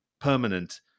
permanent